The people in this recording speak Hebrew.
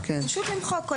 פשוט למחוק.